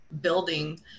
building